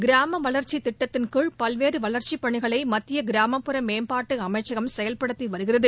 கிராம வளர்ச்சித் திட்டத்தின்கீழ் பல்வேறு வளர்ச்சிப் பணிகளை மத்திய கிராமப்புற மேம்பாட்டு அமைச்சகம் செயல்படுத்தி வருகிறது